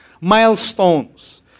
milestones